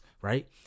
right